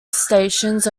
stations